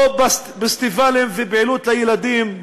פסטיבלים או פעילות לילדים.